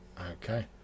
Okay